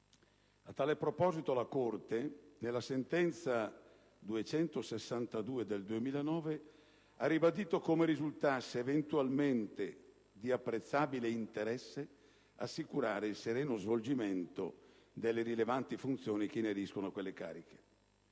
A tal proposito, la Corte costituzionale, nella sentenza n. 262 del 2009, ha ribadito come risultasse eventualmente di «apprezzabile interesse» assicurare «il sereno svolgimento delle rilevanti funzioni che ineriscono a quelle cariche»;